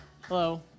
Hello